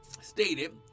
stated